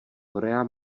korea